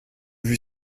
vue